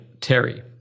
Terry